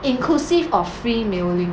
inclusive of free mailing